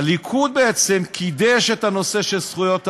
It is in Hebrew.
הליכוד בעצם קידש את הנושא של זכויות האדם,